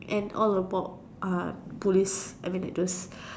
and all about uh police I mean like those